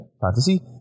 fantasy